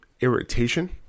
irritation